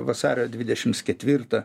vasario dvidešims ketvirtą